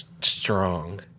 strong